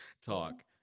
talk